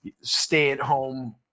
stay-at-home